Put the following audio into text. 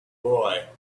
boy